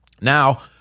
Now